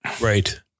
Right